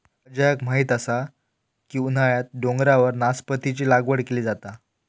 अजयाक माहीत असा की उन्हाळ्यात डोंगरावर नासपतीची लागवड केली जाता